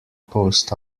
post